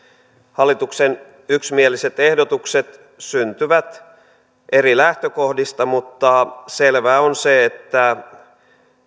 hallituksen yksimieliset ehdotukset syntyvät eri lähtökohdista mutta selvää on se että